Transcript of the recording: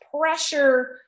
pressure